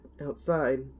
outside